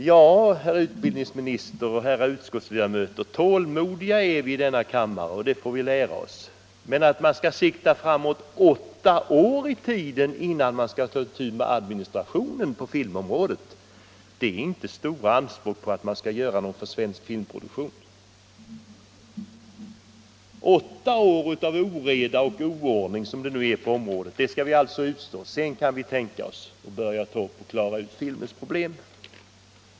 Ja, herr utbildningsminister och damer och herrar utskottsledamöter, tålmodiga är vi i denna kammare, men att vänta i åtta år innan man tar itu med administrationen på filmområdet vittnar inte om stora anspråk på att något skall göras för svensk filmproduktion. Åtta år till av oreda och oordning på området skall vi alltså utstå, sedan kan man tänka sig att börja klara ut filmens problem.